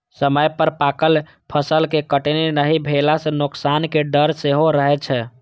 समय पर पाकल फसलक कटनी नहि भेला सं नोकसानक डर सेहो रहै छै